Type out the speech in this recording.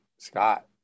Scott